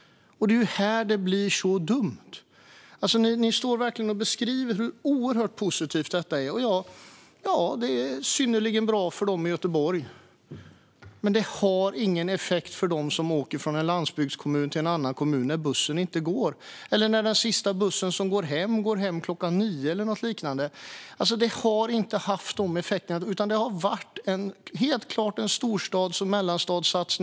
Det är ju här det blir så dumt! Ni står och beskriver hur oerhört positivt detta är. Visst är det synnerligen bra för dem i Göteborg, men det har ingen effekt för dem som åker från en landsbygdskommun till en annan kommun när bussen inte går eller när den sista bussen hem går klockan nio eller något liknande. Det har inte haft sådana effekter, utan det har helt klart varit en satsning för storstäder och mellanstora städer.